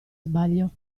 sbaglio